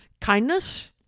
kindness